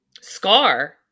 Scar